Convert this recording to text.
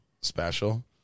special